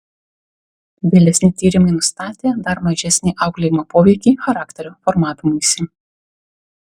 vėlesni tyrimai nustatė dar mažesnį auklėjimo poveikį charakterio formavimuisi